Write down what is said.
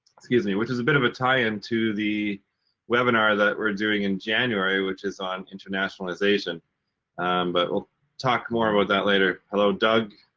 excuse me, which is a bit of a tie end to the webinar that we're doing in january which is on internationalization but we'll talk about that later. hello, doug.